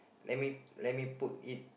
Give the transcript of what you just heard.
let me let me put it